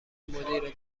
مدیر